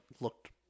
looked